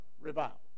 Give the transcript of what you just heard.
revival